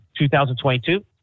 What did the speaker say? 2022